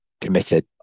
committed